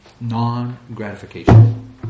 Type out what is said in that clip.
Non-gratification